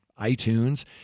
iTunes